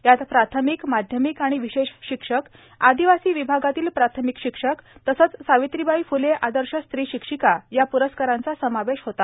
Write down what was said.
यात प्राथमिक माध्यमिक आणि विशेष शिक्षक आदिवासी विभागातील प्राथमिक शिक्षक तसंच सावित्रीबाई फ्ले आदर्श स्त्री शिक्षिका या प्रस्कारांचा समावेश होता